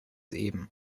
eben